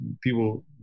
people